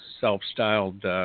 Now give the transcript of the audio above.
self-styled